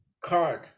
card